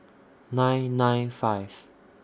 nine nine five